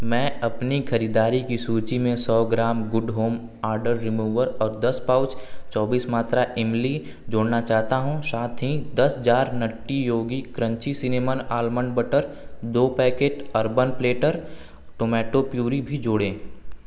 मैं अपनी ख़रीदारी की सूची में सौ gram Good Home odour remover और दस पाउच चौबीस मात्रा इमली जोड़ना चाहता हूँ साथ ही दस jar Nutty Yogi crunchy cinnamon almond butter दो packet Urban Platter tomato puree भी जोड़ें